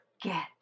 get